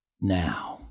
now